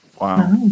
Wow